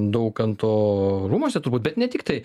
daukanto rūmuose turbūt bet ne tiktai